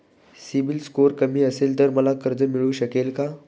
CIBIL score कमी असेल तर मला कर्ज मिळू शकेल का?